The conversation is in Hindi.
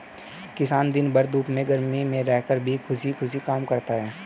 किसान दिन भर धूप में गर्मी में रहकर भी खुशी खुशी काम करता है